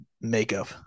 makeup